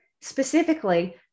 Specifically